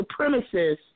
supremacists